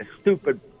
stupid